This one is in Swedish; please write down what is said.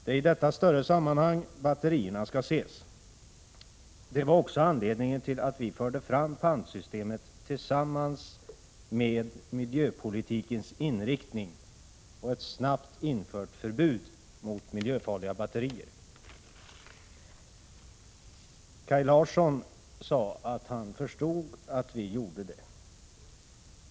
Det är i detta större sammanhang batterierna skall ses. Det var också anledningen till att vi förde fram pantsystemet i samband med miljöpolitikens inriktning och ett snabbt infört förbud mot miljöfarliga batterier. Kaj Larsson sade att han förstod att vi gjorde det.